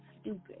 stupid